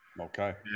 Okay